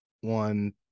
one